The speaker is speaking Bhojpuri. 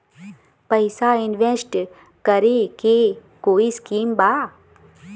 पैसा इंवेस्ट करे के कोई स्कीम बा?